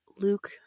Luke